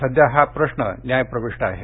सध्या हा प्रश्न न्यायप्रविष्ट आहे